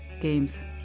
games